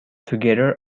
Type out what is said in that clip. together